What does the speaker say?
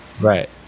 Right